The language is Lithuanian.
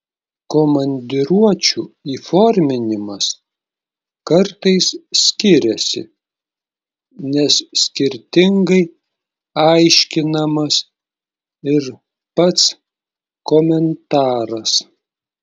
komandiruočių įforminimas kartais skiriasi nes skirtingai aiškinamas ir pats komentaras